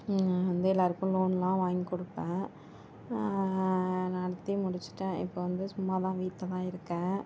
நான் வந்து எல்லாேருக்கும் லோன்யெலாம் வாங்கி கொடுப்பேன் நடத்தி முடிச்சுட்டேன் இப்போ வந்து சும்மா தான் வீட்டில் தான் இருக்கேன்